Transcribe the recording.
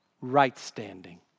right-standing